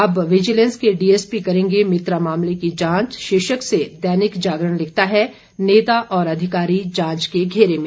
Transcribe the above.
अब विजिलेंस के डीएसपी करेंगे मित्रा मामले की जांच शीर्षक से दैनिक जागरण लिखता है नेता और अधिकारी जांच के घेरे में